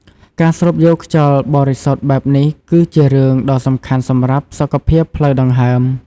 ការស្រូបយកខ្យល់បរិសុទ្ធបែបនេះគឺជារឿងដ៏សំខាន់សម្រាប់សុខភាពផ្លូវដង្ហើម។